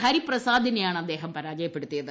ഹരിപ്രസാദിനെയാണ് അദ്ദേഹം പരാജയപ്പെടുത്തിയത്